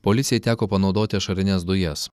policijai teko panaudoti ašarines dujas